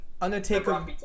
Undertaker